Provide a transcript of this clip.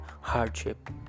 hardship